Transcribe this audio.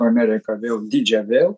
ameriką vėl didžią vėl